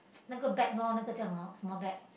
哪个 bag lor 哪个这样:na ge zh yang lor small bag